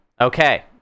okay